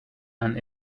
and